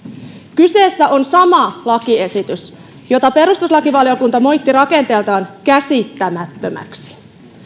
kyseessä on sama lakiesitys jota perustuslakivaliokunta moitti rakenteeltaan käsittämättömäksi